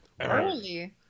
Early